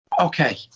Okay